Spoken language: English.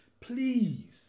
Please